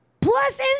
plus